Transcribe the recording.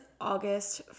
August